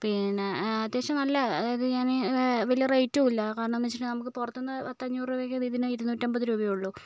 പിന്നെ അത്യാവശ്യം നല്ല അത് ഞാൻ വലിയ റേറ്റുമില്ല കാരണമെന്ന് വെച്ചിട്ടുണ്ടെങ്കിൽ നമുക്ക് പുറത്തു നിന്ന് പത്തഞ്ഞൂറു രൂപയ്ക്ക് ഇതിന് ഇരുനൂറ്റിയൻപത് രൂപയേയുള്ളു